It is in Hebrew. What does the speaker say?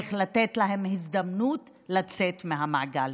צריך לתת להם הזדמנות לצאת מהמעגל.